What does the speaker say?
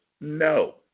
no